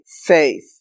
faith